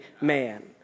man